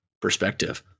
perspective